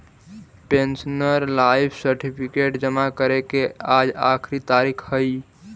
pensioner life certificate जमा करे के आज आखिरी तारीख हइ